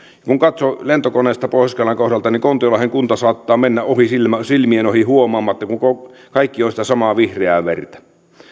kun katsoo lentokoneesta pohjois karjalan kohdalta niin kontiolahden kunta saattaa mennä silmien ohi huomaamatta kun kaikki on sitä samaa vihreää merta